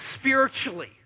spiritually